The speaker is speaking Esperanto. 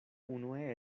unue